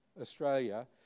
Australia